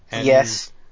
Yes